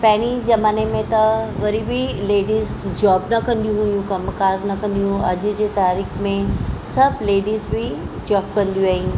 पहिरीं ज़माने में त वरी बि लेडीज़ जॉब न कंदी हुई कमकारु न कंदी हुइयूं अॼु जे तारीख़ में सभु लेडीज़ बि जॉब कंदियूं आहिनि